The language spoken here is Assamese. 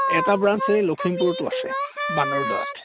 এটা ব্ৰাঞ্চ এই লখিমপুৰতো আছে বান্দৰদেৱাত